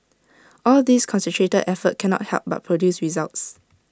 all this concentrated effort cannot help but produce results